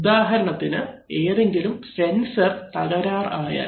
ഉദാഹരണത്തിന് ഏതെങ്കിലും സെൻസർ തകരാർ ആയാൽ